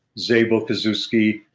zabo koszewski,